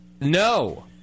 No